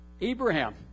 Abraham